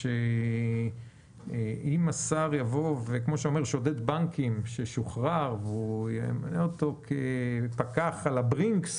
שאם יבוא שודד בנקים משוחרר והשר ימנה אותו כפקח על הברינקס